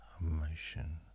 emotion